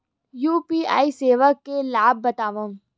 UPI सेवाएं के लाभ बतावव?